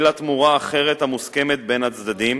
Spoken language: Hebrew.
אלא תמורה אחרת המוסכמת בין הצדדים,